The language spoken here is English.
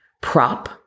prop